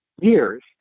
years